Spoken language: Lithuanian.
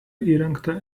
įrengta